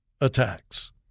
attacks